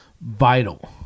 vital